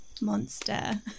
Monster